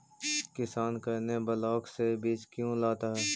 किसान करने ब्लाक से बीज क्यों लाता है?